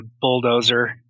bulldozer